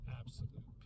absolute